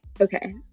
okay